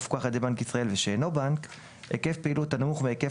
המפוקח על ידי בנק ישראל ושאינו בנק - היקף פעילות הנמוך מהיקף